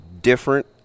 different